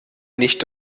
nicht